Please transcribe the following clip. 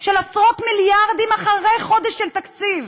של עשרות מיליארדים אחרי חודש של תקציב.